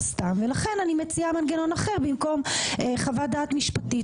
סתם ולכן אני מציעה מנגנון אחר במקום חוות דעת משפטית,